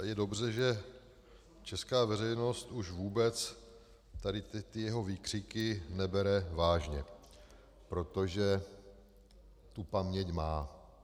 Je dobře, že česká veřejnost už vůbec tady ty jeho výkřiky nebere vážně, protože tu paměť má.